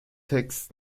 text